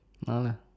no lah